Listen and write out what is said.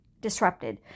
disrupted